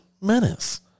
menace